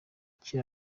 kera